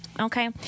okay